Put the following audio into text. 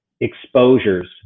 exposures